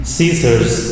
Caesar's